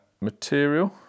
material